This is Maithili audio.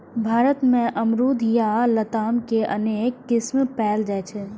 भारत मे अमरूद या लताम के अनेक किस्म पाएल जाइ छै